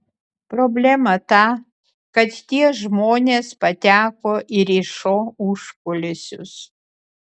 problema ta kad tie žmonės pateko ir į šou užkulisius